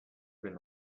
been